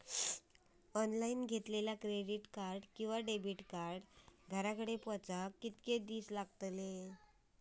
Online घेतला credit card किंवा debit card घराकडे पोचाक कितके दिस लागतत?